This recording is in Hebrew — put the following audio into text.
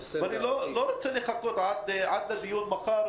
אני לא רוצה לחכות עד הדיון מחר,